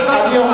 בגלל,